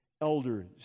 elders